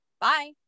Bye